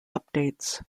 updates